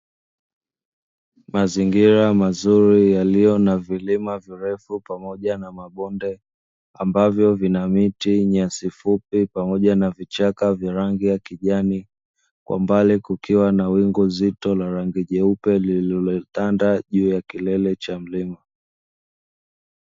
Mazingira mazuri yaliyo na vilima virefu pamoja na mabonde, ambavyo vina miti, nyasi fupi, pamoja na vichaka vya rangi ya kijani, kwa mbali kukiwa na wingu zito la rangi jeupe, lililotanda juu ya kilele cha mlima.